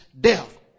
death